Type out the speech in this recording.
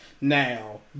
Now